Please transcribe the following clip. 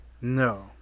no